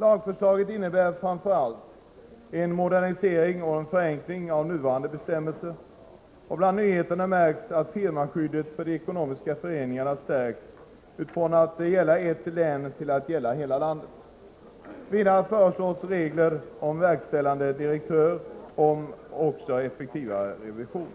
Lagförslaget innebär framför allt en modernisering och förenkling av nuvarande bestämmelser. Bland nyheterna märks att firmaskyddet för de ekonomiska föreningarna sträcks ut från att gälla ett län till att gälla hela landet. Vidare föreslås regler om verkställande direktör och om effektivare revision.